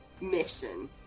Mission